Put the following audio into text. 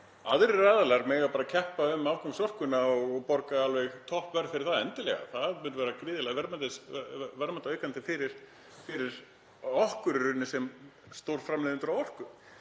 Aðrir aðilar mega bara keppa um afgangsorkuna og borga alveg toppverð fyrir það, endilega. Það yrði gríðarlega verðmætaaukandi fyrir okkur sem stórframleiðendur á orku.